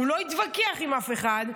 הוא לא התווכח עם אף אחד.